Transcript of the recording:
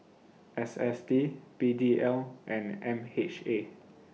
S S T P D L and M H A